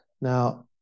Now